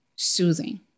soothing